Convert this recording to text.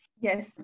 Yes